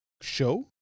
show